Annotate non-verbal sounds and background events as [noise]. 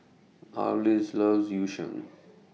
Arlis loves Yu Sheng [noise]